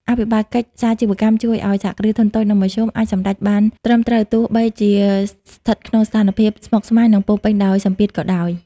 អភិបាលកិច្ចសាជីវកម្មជួយឱ្យ សហគ្រាសធុនតូច និងមធ្យម អាចសម្រេចចិត្តបានត្រឹមត្រូវ ទោះបីជាស្ថិតក្នុងស្ថានភាពស្មុគស្មាញ និងពោរពេញដោយសម្ពាធក៏ដោយ។